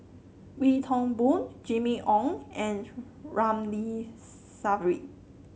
Wee Toon Boon Jimmy Ong and Ramli Sarip